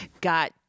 got